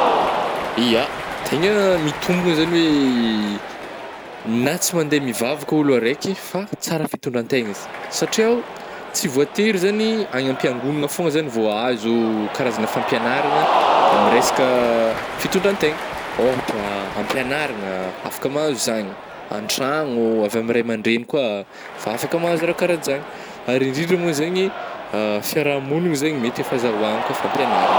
Ya, tegna mitombogna zany hoe na tsy mandeha mivavaka ôlo araiky fa tsara fitondrategna izy, satria o tsy voatery zany agny ampiangognana fôna zany vô ahazo karazagna fampiagnarana amy resaka fitondrantegna, ôhatra am-piagnarana afaka mahazo zany, an-tragno, avy amy raiman-dregny koa ah, fa afaka mahazo arakarajagny, ary indrindra moa zegny fiarahamognina zegny mety efa azahoagna koa fampiagnarana.